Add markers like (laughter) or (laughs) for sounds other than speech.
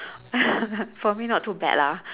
(laughs) for me not too bad lah